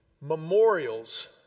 Memorials